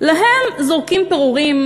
להם זורקים פירורים,